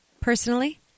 personally